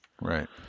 Right